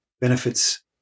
benefits